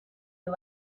you